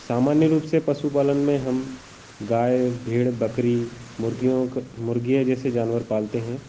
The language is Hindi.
सामान्य रूप से पशुपालन में हम गाय भेड़ बकरी मुर्गियों का मुर्गियाँ जैसे जानवर पालते हैं